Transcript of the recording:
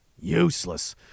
Useless